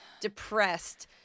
depressed